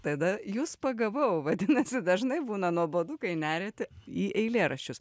tada jus pagavau vadinasi dažnai būna nuobodu kai neriate į eilėraščius